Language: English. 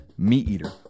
MEATEATER